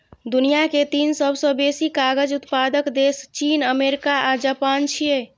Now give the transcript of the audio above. दुनिया के तीन सबसं बेसी कागज उत्पादक देश चीन, अमेरिका आ जापान छियै